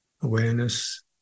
Awareness